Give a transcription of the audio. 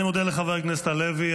אני מודה לחבר הכנסת הלוי.